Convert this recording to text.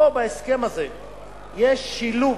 פה בהסכם הזה יש שילוב